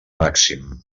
màxim